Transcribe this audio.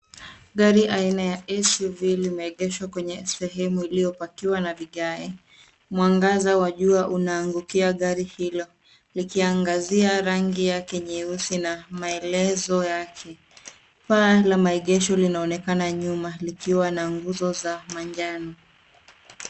Gari aina ya suv zimeegeshwa kwa sehemu iliyo pakiwa na vigae. Mwangaza wa jua unaangukia gari hilo likiangazia rangi yake nyeusi na maelezo yake. Paa la maegesho linaonekana nyuma likiwa na nguzo za manjano.